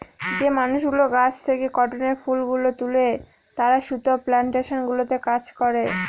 যে মানুষগুলো গাছ থেকে কটনের ফুল গুলো তুলে তারা সুতা প্লানটেশন গুলোতে কাজ করে